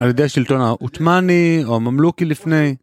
על ידי השלטון העות'מאני או הממלוכי לפני.